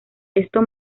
esto